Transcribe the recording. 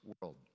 world